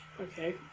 Okay